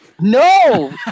no